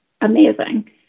amazing